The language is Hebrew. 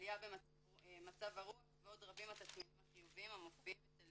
עלייה במצב הרוח ועוד רבים התסמינים החיוביים שמופיעים אצל